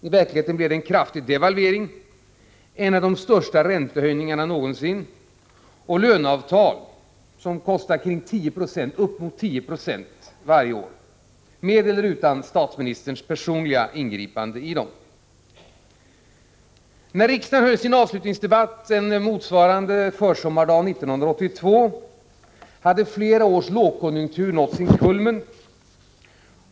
I verkligheten blev det en kraftig devalvering, en av de största räntehöjningarna någonsin och löneavtal med uppemot 10 90 lönehöjningar varje år — med eller utan statsministerns personliga ingripande. När riksdagen 1982 höll sin avslutningsdebatt en försommardag motsvarande den vi har i dag hade flera års lågkonjunktur nått sin kulmen.